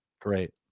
Great